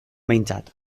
behintzat